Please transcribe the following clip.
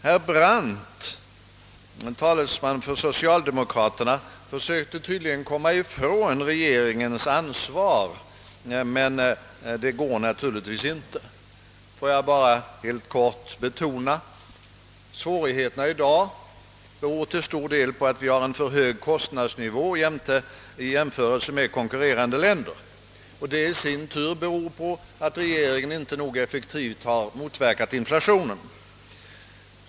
Herr Brandt, talesman för socialdemokraterna, försökte tydligen komma ifrån regeringens ansvar, men det går naturligtvis inte. Får jag bara helt kort betona, att svårigheterna i dag till stor del beror på att vi har en för hög kostnadsnivå i jämförelse med konkurrerande länder, och detta i sin tur beror på att regeringen inte tillräckligt effektivt motverkat inflationen.